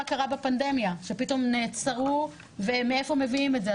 אתם זוכרים מה קרה בפנדמיה כשפתאום נעצרו ומאיפה מביאים את זה.